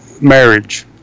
marriage